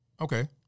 Okay